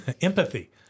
Empathy